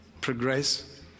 progress